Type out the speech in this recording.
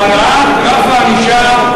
שהעלאת רף הענישה,